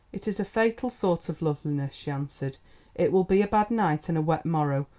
it is a fatal sort of loveliness, she answered it will be a bad night, and a wet morrow.